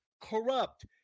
corrupt